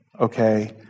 Okay